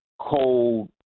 cold